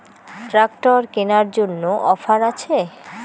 Tractor কেনার জন্য offer আছে?